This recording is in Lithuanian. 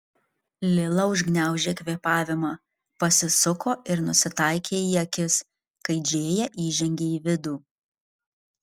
lila užgniaužė kvėpavimą pasisuko ir nusitaikė į akis kai džėja įžengė į vidų